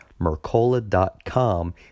Mercola.com